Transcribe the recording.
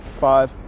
Five